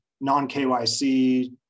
non-KYC